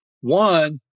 One